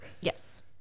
Yes